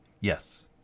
Yes